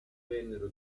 vennero